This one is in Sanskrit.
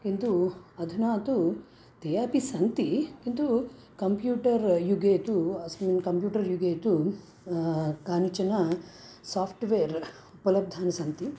किन्तु अधुना तु ते अपि सन्ति किन्तु कम्प्यूटर्युगे तु अस्मिन् कम्प्यूटर्युगे तु कानिचन साफ्ट्वेर् उपलब्धानि सन्ति